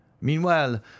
Meanwhile